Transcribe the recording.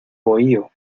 bohío